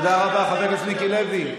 תודה רבה, חבר הכנסת מיקי לוי.